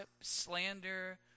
slander